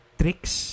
tricks